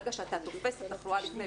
ברגע שאתה תופס את התחלואה לפני,